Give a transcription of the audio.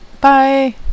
Bye